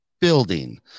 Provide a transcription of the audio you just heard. building